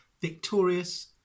victorious